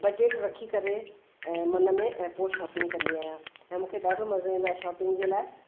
budget रखी करे ऐं मन में ऐं पोइ शॉपिंग कंदी आहियां ऐं मूंखे ॾाढो मज़ो ईंदो आहे शॉपिंग जे लाइ